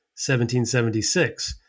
1776